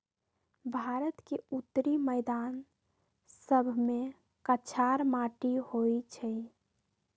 भारत के उत्तरी मैदान सभमें कछार माटि होइ छइ